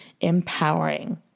empowering